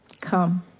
Come